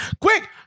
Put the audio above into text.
Quick